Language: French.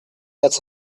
quatre